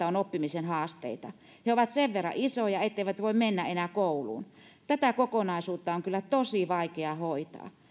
on oppimisen haasteita he ovat sen verran isoja etteivät voi mennä enää kouluun tätä kokonaisuutta on kyllä tosi vaikea hoitaa